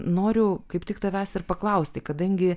noriu kaip tik tavęs ir paklausti kadangi